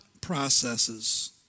processes